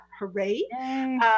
hooray